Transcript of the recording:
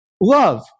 Love